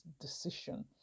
decision